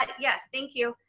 yes, thank you.